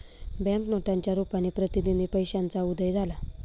bank नोटांच्या रुपाने प्रतिनिधी पैशाचा उदय झाला